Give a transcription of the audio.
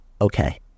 Okay